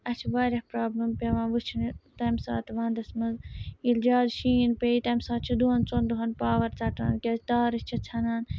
اَسہِ چھِ واریاہ پرٛابلِم پٮ۪وان وٕچھنہِ تَمہِ ساتہٕ وَندَس منٛز ییٚلہِ زیادٕ شیٖن پیٚیہِ تَمہِ ساتہٕ چھِ دۄن ژۄن دۄہَن پاوَر ژَٹان کیازِ تارٕ چھےٚ ژھٮ۪نان